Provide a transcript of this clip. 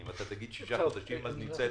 אם אתה תגיד "שישה חודשים" נמצא את